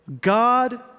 God